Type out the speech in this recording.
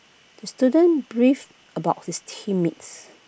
the student brief about his team mates